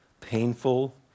painful